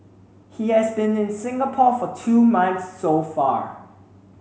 he has been in Singapore for two months so far